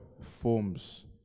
forms